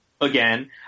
again